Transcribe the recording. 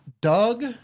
doug